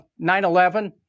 9-11